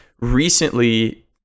recently